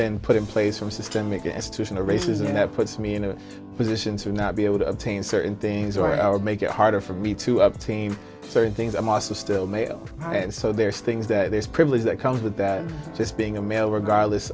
been put in place from systemic institutional racism that puts me in a position to not be able to attain certain things or i would make it harder for me to have team certain things i'm also still male and so there's things that there's privilege that comes with that just being a male regardless